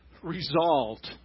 resolved